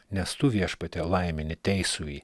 nes tu viešpatie laimini teisųjį